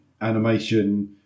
animation